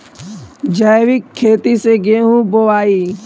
जैविक खेती से गेहूँ बोवाई